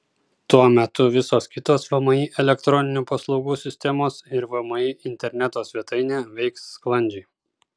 tuo metu visos kitos vmi elektroninių paslaugų sistemos ir vmi interneto svetainė veiks sklandžiai